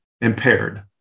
impaired